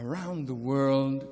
around the world